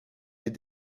des